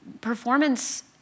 performance